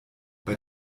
bei